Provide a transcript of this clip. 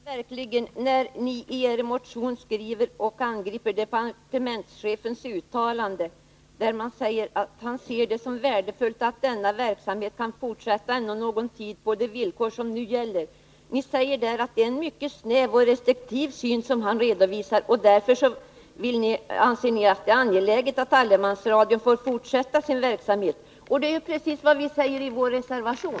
Närradioverksam Herr talman! Då förvånar det mig verkligen när ni i er motion angriper het departementschefens uttalande, där han säger att han ser det som värdefullt att denna verksamhet kan fortsätta ännu någon tid på de villkor som nu gäller. Ni påstår att det är en mycket snäv och restriktiv syn som han redovisar, och därför anser ni att det är angeläget att allemansradion får fortsätta sin verksamhet. Det är precis vad vi säger i vår reservation.